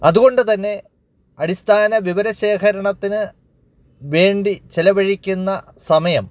അതുകൊണ്ടുതന്നെ അടിസ്ഥാന വിവരശേഖരണത്തിനു വേണ്ടി ചിലവഴിക്കുന്ന സമയം